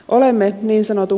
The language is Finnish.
olemme niin sanotun